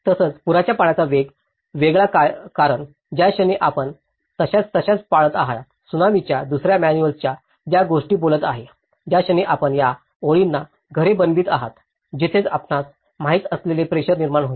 तसंच पुराच्या पाण्याचा वेग वेगळा कारण ज्या क्षणी आपण तशाच तशाच पाळत आहात त्सुनामीच्या दुसर्या मॅन्युअल ज्या गोष्टी बोलत आहे ज्या क्षणी आपण या ओळींना घरे बनवित आहात तिथेच आपणास माहित असलेले प्रेशर निर्माण होईल